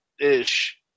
ish